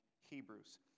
Hebrews